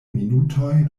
minutoj